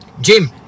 Jim